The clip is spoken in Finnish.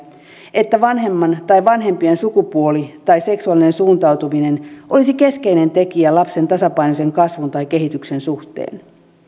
että vanhemman tai vanhempien sukupuoli tai seksuaalinen suuntautuminen olisi keskeinen tekijä lapsen tasapainoisen kasvun tai kehityksen suhteen